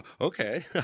Okay